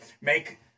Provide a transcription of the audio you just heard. make